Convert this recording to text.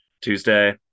Tuesday